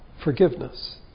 forgiveness